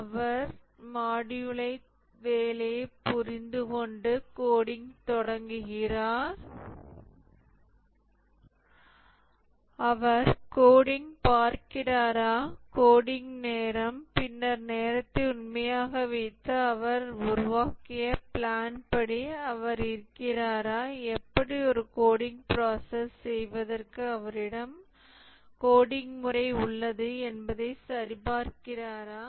அவர் மாடியூல்த் தேவையைப் புரிந்துகொண்டு கோடிங் தொடங்குகிறாரா அவர் கோடிங்ப் பார்க்கிறாரா கோடிங் நேரம் பின்னர் நேரத்தை உண்மையாக வைத்து பின்னர் அவர் உருவாக்கிய பிளான் படி அவர் இருக்கிறாரா எப்படி ஒரு கோடிங் ப்ராசஸ் செய்வதற்கு அவரிடம் கோடிங் முறை உள்ளது என்பதை சரிபார்க்கிறாரா